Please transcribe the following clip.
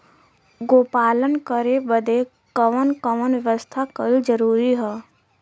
गोपालन करे बदे कवन कवन व्यवस्था कइल जरूरी ह?